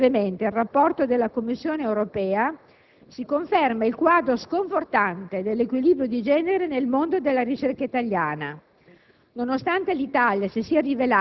Infatti, se si scorre brevemente il rapporto della Commissione europea, si conferma il quadro sconfortante dell'equilibrio di genere nel mondo della ricerca italiana,